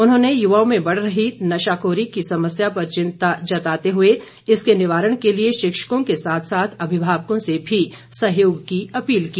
उन्होंने युवाओं में बढ़ रही नशाखोरी की समस्या पर चिंता जताते हुए इसके निवारण के लिए शिक्षकों के साथ साथ अभिभावकों से भी सहयोग की अपील की